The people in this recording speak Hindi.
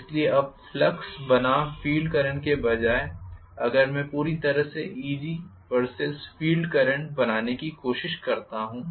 इसलिए अब फ्लक्स बनाम फील्ड करंट के बजाय अगर मैं पूरी तरह से Eg बनाम फील्ड करंट बनाने की कोशिश करता हूँ